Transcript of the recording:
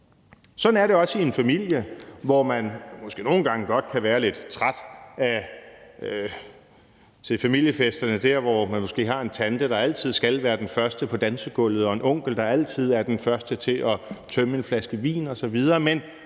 Sådan er det også i en familie, hvor man måske nogle gange godt kan være lidt træt til familiefester, hvis man måske har en tante, der altid skal være den første på dansegulvet, og en onkel, der altid er den første til at tømme en flaske vin osv.